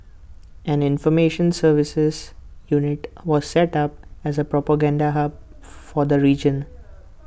an information services unit was set up as A propaganda hub for the region